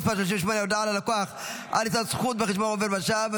מס' 38) (הודעה ללקוח על יתרת זכות בחשבון עובר ושב),